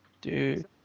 Dude